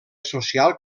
social